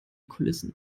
kulissen